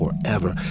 forever